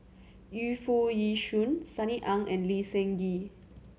Yu Foo Yee Shoon Sunny Ang and Lee Seng Gee